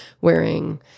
wearing